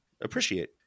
appreciate